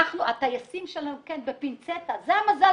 הטייסים שלנו כן, בפינצטה, זה המזל